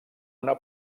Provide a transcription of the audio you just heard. una